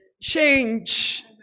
change